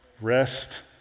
Rest